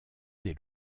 des